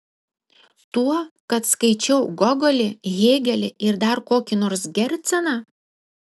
tuo kad skaičiau gogolį hėgelį ir dar kokį nors gerceną